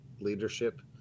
leadership